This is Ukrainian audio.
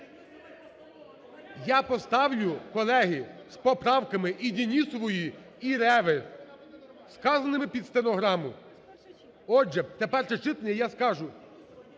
я поставлю, колеги, з поправками і Денісової, і Реви, сказаними під стенограму. Отже… Це перше читання, я скажу…